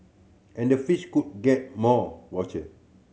and the fish could get more voucher